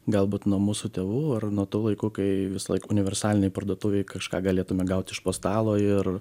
galbūt nuo mūsų tėvų ar nuo tų laikų kai visąlaik universalinėj parduotuvėj kažką galėtume gaut iš po stalo ir